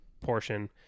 portion